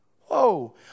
Whoa